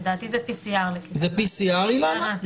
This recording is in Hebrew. לדעתי זה PCR. לא,